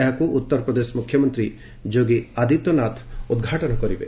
ଏହାକୁ ଉତ୍ତର ପ୍ରଦେଶ ମ୍ରଖ୍ୟମନ୍ତ୍ରୀ ଯୋଗୀ ଆଦିତ୍ୟନାଥ ଉଦ୍ଘାଟନ କରିବେ